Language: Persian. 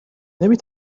نمی